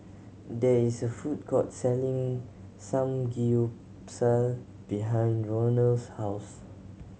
there is a food court selling Samgeyopsal behind Ronald's house